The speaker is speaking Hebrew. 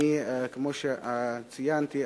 כמו שציינתי,